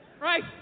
Right